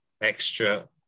extra